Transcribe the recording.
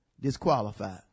disqualified